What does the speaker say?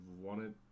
wanted